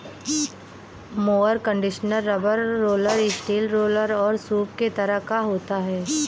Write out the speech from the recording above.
mower conditioner rubber roller, steel roller और सूप के तरह का होता है